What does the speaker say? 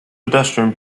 pedestrian